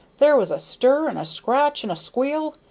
there was a stir and a scratch and a squeal,